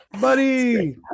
buddy